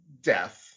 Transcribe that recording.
death